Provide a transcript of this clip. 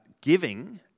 giving